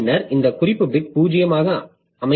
பின்னர் இந்த குறிப்பு பிட் 0 ஆக அமைக்கப்பட்டுள்ளது